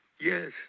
Yes